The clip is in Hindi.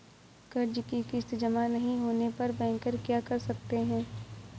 कर्ज कि किश्त जमा नहीं होने पर बैंकर क्या कर सकते हैं?